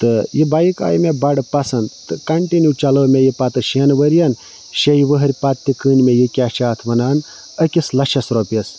تہٕ یہِ بایِک آیہِ مےٚ بَڑٕ پسنٛد تہٕ کَنٹِنیوٗ چلٲو مےٚ یہِ پَتہٕ شٮ۪ن ؤرِیَن شیٚیہِ ؤہٕرۍ پتہٕ تہِ کٔنۍ مےٚ یہِ کیٛاہ چھِ اَتھ وَنان أکِس لَچھَس رۄپیَس